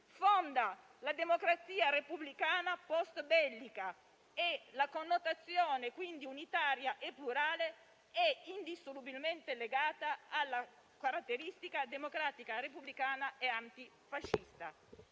fonda la democrazia repubblicana post-bellica e la connotazione unitaria e plurale è indissolubilmente legata alla caratteristica democratica, repubblicana e antifascista.